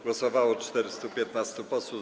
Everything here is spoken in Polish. Głosowało 415 posłów.